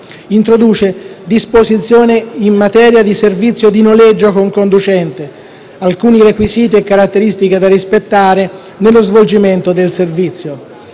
introduce disposizioni in materia di servizio di noleggio con conducente e alcuni requisiti e caratteristiche da rispettare nello svolgimento del servizio,